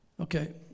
Okay